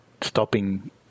stopping